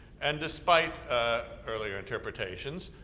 and despite ah earlier interpretations,